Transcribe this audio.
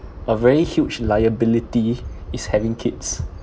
a very huge liability is having kids